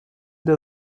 der